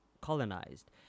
colonized